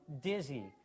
dizzy